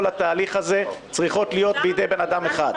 התהליך הזה צריכות להיות בידי בן אדם אחד.